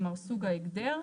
כלומר סוג ההגדר,